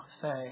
say